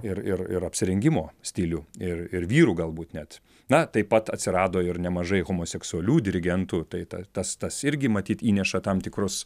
ir ir ir apsirengimo stilių ir ir vyrų galbūt net na taip pat atsirado ir nemažai homoseksualių dirigentų tai ta tas tas irgi matyt įneša tam tikrus